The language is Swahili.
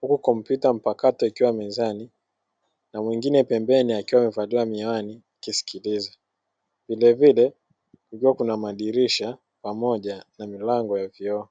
huku kompyuta mpakato ikiwa mezani na mwingine pembeni akiwa amevalia miwani akiskiliza; vilevile kukiwa kuna madirisha pamoja na milango ya vioo.